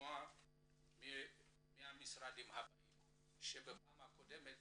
לשמוע מהמשרדים שלא דיווחו בפעם הקודמת: